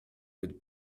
would